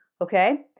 Okay